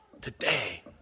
Today